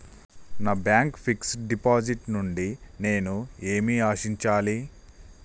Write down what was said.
నా bank fixed deposit నుండి నేను ఏమి ఆశించాలి?